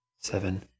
seven